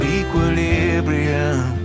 equilibrium